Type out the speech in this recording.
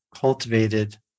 cultivated